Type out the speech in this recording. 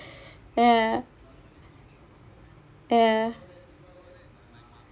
ya ya